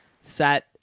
set